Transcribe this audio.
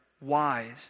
wise